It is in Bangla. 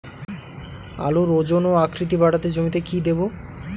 আলুর ওজন ও আকৃতি বাড়াতে জমিতে কি দেবো?